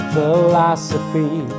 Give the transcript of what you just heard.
Philosophy